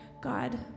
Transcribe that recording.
God